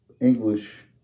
English